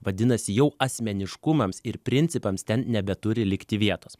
vadinasi jau asmeniškumams ir principams ten nebeturi likti vietos